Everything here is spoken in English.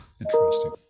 Interesting